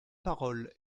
parole